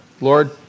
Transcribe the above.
Lord